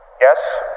Yes